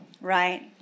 Right